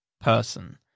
person